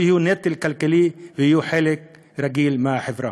כך שאכן חולי האפילפסיה לא יהיו נטל כלכלי ויהיו חלק רגיל מהחברה.